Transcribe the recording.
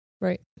Right